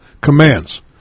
commands